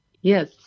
yes